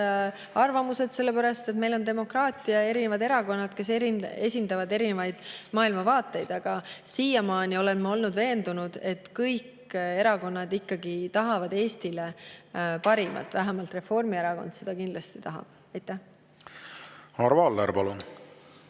arvamused, sellepärast et meil on demokraatia ja erinevad erakonnad, kes esindavad erinevaid maailmavaateid. Aga siiamaani olen ma olnud veendunud, et kõik erakonnad tahavad ikkagi Eestile parimat. Vähemalt Reformierakond seda kindlasti tahab. Arvo Aller, palun!